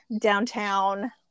downtown